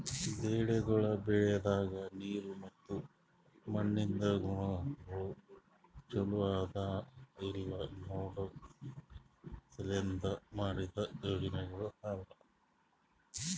ಬೆಳಿಗೊಳ್ ಬೆಳಿಯಾಗ್ ನೀರ್ ಮತ್ತ ಮಣ್ಣಿಂದ್ ಗುಣಗೊಳ್ ಛಲೋ ಅದಾ ಇಲ್ಲಾ ನೋಡ್ಕೋ ಸಲೆಂದ್ ಮಾಡಿದ್ದ ಯೋಜನೆಗೊಳ್ ಅವಾ